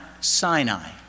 Sinai